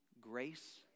grace